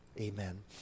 Amen